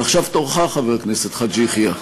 ועכשיו תורך, חבר הכנסת חאג' יחיא.